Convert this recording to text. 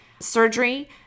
surgery